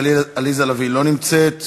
זה נרשם בפרוטוקול.